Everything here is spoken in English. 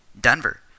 Denver